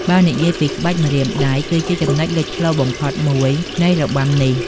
បើនិយាយពី ក្បាច់ម្រាមដៃ គឺជាចំណុចលេចធ្លោបំផុតមួយនៃរបាំនេះ។